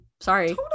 Sorry